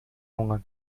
алынган